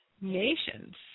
nations